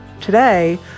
today